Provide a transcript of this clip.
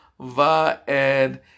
Vaed